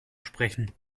sprechen